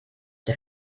der